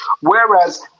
Whereas